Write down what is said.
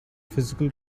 physical